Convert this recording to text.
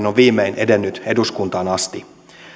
on viimein edennyt eduskuntaan asti